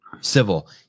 civil